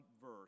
verse